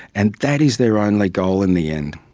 and that is their only goal in the end.